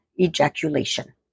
ejaculation